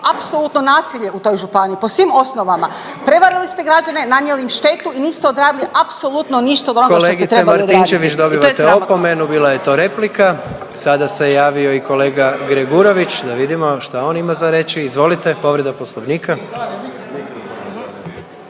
apsolutno nasilje u toj županiji po svim osnovama, prevalili ste građane, nanijeli im štetu i niste odradili apsolutno ništa od onoga što ste trebali odraditi i to je sramotno. **Jandroković, Gordan (HDZ)** Kolegice Martinčević dobivate opomenu, bila je to replika. Sada se javio i kolega Gregurović, da vidimo šta on ima za reći. Izvolite, povreda Poslovnika.